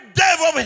devil